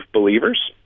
believers—